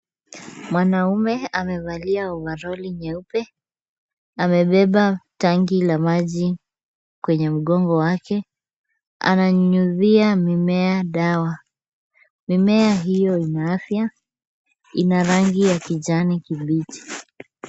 Mwanaume amevalia ovaroli nyeupe, amebeba tanki la maji kwenye mgongo wake, ananyunyizia mimea dawa. Mimea hiyo ina afya, ina rangi ya kijani kibichi.